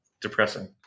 Depressing